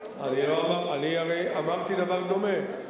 אני הרי אמרתי דבר דומה.